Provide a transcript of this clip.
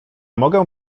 mogę